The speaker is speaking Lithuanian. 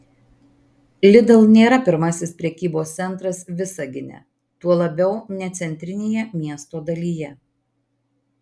lidl nėra pirmasis prekybos centras visagine tuo labiau ne centrinėje miesto dalyje